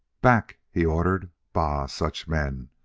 back! he ordered. bah such men!